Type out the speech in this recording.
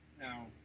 Now